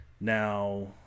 Now